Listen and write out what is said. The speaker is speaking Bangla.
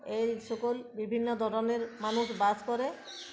এই সকল বিভিন্ন ধরনের মানুষ বাস করে